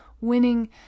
winning